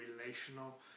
relational